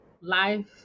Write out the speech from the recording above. life